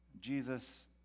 Jesus